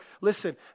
listen